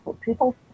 people